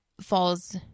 falls